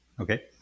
Okay